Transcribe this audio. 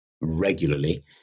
regularly